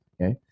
okay